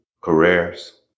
careers